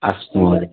अस्तु महोदय